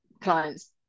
clients